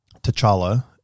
T'Challa